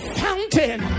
fountain